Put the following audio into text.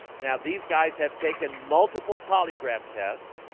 now these guys have taken multiple polygraph tests.